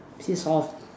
piss off